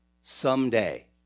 someday